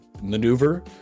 maneuver